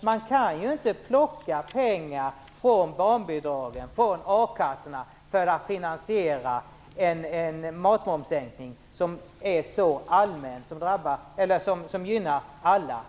Man kan inte plocka pengar från barnbidragen och a-kassorna för att finansiera en matmomssänkning som gynnar alla.